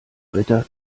ritter